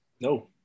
No